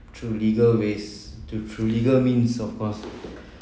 through legal ways to through legal means of course